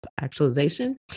actualization